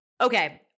Okay